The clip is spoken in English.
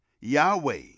yahweh